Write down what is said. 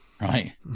right